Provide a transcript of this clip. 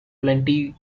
plenty